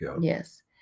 Yes